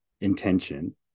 intention